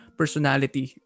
personality